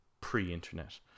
pre-internet